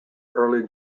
early